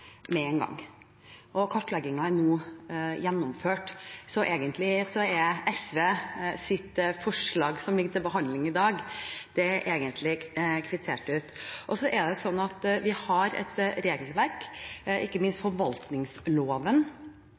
er nå gjennomført, så egentlig er SVs forslag, som ligger til behandling i dag, kvittert ut. Så har vi et regelverk, ikke minst forvaltningsloven,